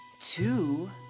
two